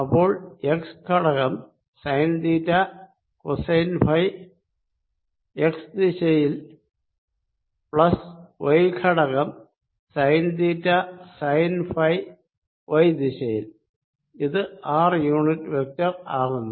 അപ്പോൾ എക്സ് ഘടകം sine theta cosine phi x ദിശയിൽ പ്ലസ് വൈ ഘടകം sine theta sine phi y ദിശയിൽ ഇത് ആർ യൂണിറ്റ് വെക്ടർ ആകുന്നു